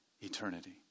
eternity